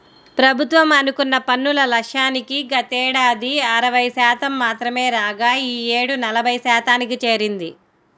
ప్రభుత్వం అనుకున్న పన్నుల లక్ష్యానికి గతేడాది అరవై శాతం మాత్రమే రాగా ఈ యేడు ఎనభై శాతానికి చేరింది